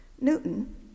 Newton